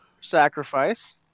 sacrifice